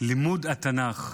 לימוד התנ"ך".